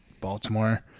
Baltimore